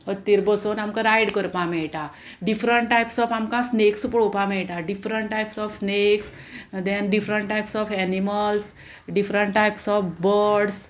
हत्तीर बसोन आमकां रायड करपा मेयटा डिफरंट टायप्स ऑफ आमकां स्नेक्स पळोवपा मेयटा different types of snakes then different types of animals different types of birds